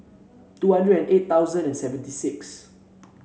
two hundred and eight thousand and seventy six